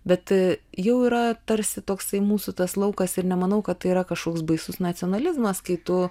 bet jau yra tarsi toksai mūsų tas laukas ir nemanau kad tai yra kažkoks baisus nacionalizmas kai tu